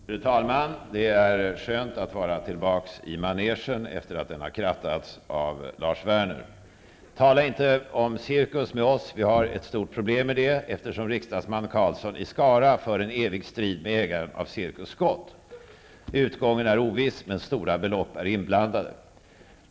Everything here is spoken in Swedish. Fru talman! Det är skönt att vara tillbaks i manegen, efter det att den har krattats av Lars Werner. Tala inte om cirkus med oss! Vi har ett stort problem på den fronten, eftersom riksdagsman Karlsson i Skara för en evig strid med ägaren av Cirkus Scott. Utgången är oviss, men stora belopp är inblandade.